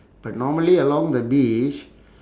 but normally along the beach